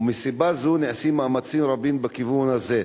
ומסיבה זו נעשים מאמצים רבים בכיוון הזה.